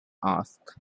asked